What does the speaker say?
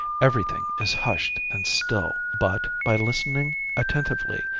everything is hushed and still but, by listening attentively,